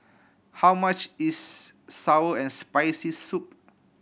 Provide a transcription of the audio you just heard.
how much is sour and Spicy Soup